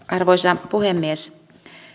arvoisa puhemies